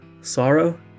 sorrow